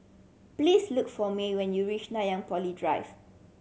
please look for Mae when you reach Nanyang Poly Drive